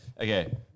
Okay